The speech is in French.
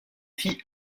fit